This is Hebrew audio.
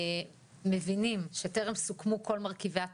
מבינים שטרם סוכמו כל מרכיבי התקנות,